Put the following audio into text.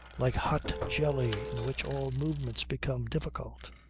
like hot jelly in which all movements became difficult.